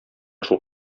шул